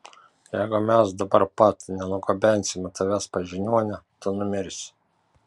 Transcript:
jeigu mes dabar pat nenugabensime tavęs pas žiniuonę tu numirsi